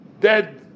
dead